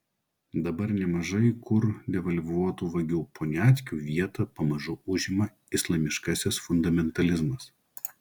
dabar nemažai kur devalvuotų vagių poniatkių vietą pamažu užima islamiškasis fundamentalizmas